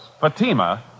Fatima